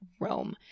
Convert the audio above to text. Rome